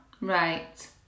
Right